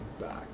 back